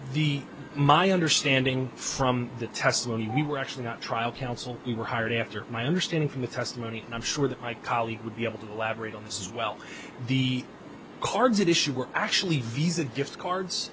the my understanding from the testimony we were actually the trial counsel you were hired after my understanding from the testimony and i'm sure that my colleague would be able to elaborate on this is well the cards issued were actually visa gift cards